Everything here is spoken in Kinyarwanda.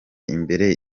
imbere